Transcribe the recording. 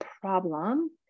problem